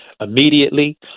immediately